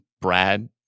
Brad